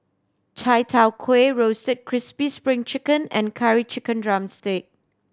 Chai Tow Kuay Roasted Crispy Spring Chicken and Curry Chicken drumstick